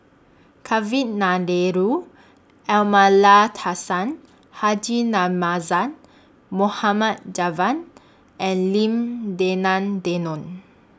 Amallathasan Haji Namazie Mohamed Javad and Lim Denan Denon